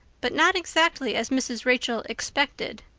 but not exactly as mrs. rachel expected.